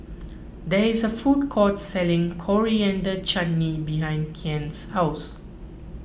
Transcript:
there is a food court selling Coriander Chutney behind Kian's house